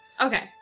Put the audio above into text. Okay